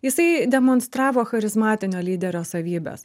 jisai demonstravo charizmatinio lyderio savybes